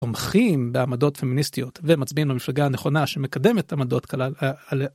תומכים בעמדות פמיניסטיות ומצביעים למפלגה הנכונה שמקדמת את עמדות כלל.